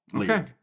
okay